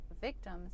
victims